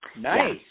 Nice